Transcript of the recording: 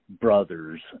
brothers